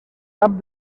cap